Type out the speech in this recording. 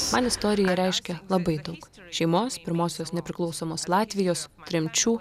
man istorija reiškia labai daug šeimos pirmosios nepriklausomos latvijos tremčių